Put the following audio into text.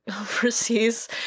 overseas